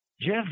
Jeff